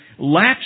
latch